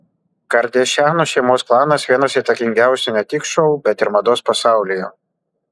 kardašianų šeimos klanas vienas įtakingiausių ne tik šou bet ir mados pasaulyje